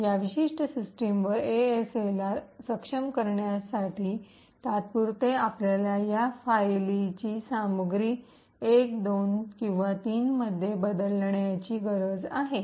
या विशिष्ट सिस्टमवर एएसएलआर सक्षम करण्यासाठी तात्पुरते आपल्याला या फायलीची सामग्री 1 2 किंवा 3 मध्ये बदलण्याची गरज आहे